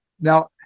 Now